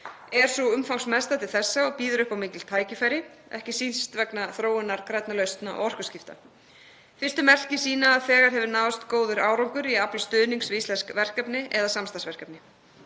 er sú umfangsmesta til þessa og býður upp á mikil tækifæri, ekki síst vegna þróunar grænna lausna og orkuskipta. Fyrstu merki sýna að þegar hefur náðst góður árangur í að afla stuðnings við íslensk verkefni eða samstarfsverkefni.